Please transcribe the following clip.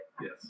Yes